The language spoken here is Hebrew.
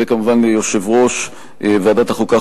וכמובן ליושב-ראש ועדת החוקה,